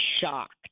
shocked